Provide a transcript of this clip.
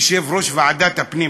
יושב-ראש ועדת הפנים,